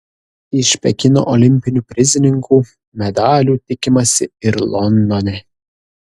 iš pekino olimpinių prizininkų medalių tikimasi ir londone